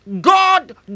God